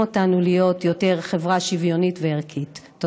אותנו להיות חברה שוויונית וערכית יותר.